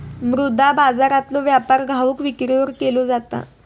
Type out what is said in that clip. मुद्रा बाजारातलो व्यापार घाऊक विक्रीवर केलो जाता